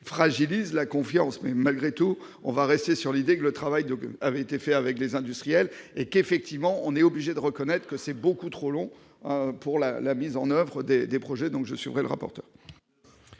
fragilise la confiance, mais malgré tout on va rester sur l'idée que le travail d'obus avait été fait avec les industriels et qu'effectivement, on est obligé de reconnaître que c'est beaucoup trop long pour la la mise en oeuvre des des projets, donc je suis, elle rapporte.